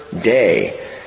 day